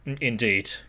indeed